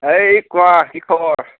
এই কোৱা কি খবৰ